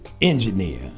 engineer